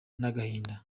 n’agahinda